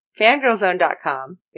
fangirlzone.com